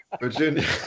Virginia